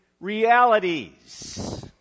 realities